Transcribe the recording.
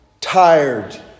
Tired